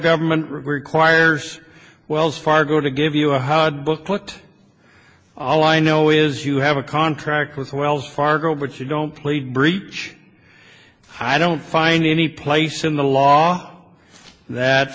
government requires wells fargo to give you a hard booklet all i know is you have a contract with wells fargo but you don't plead breech i don't find any place in the law that